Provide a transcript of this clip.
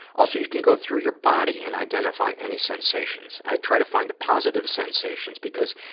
also, you can go through your body and identify any sensations. i try to find the positive sensations because,